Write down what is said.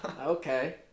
Okay